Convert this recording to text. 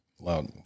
loud